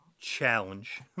challenge